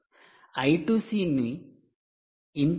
'I2C' ను 'inter IC కమ్యూనికేషన్"inter IC communication' అంటారు